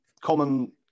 common